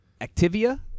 Activia